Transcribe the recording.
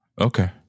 okay